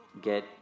get